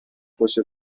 پشت